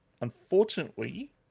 Unfortunately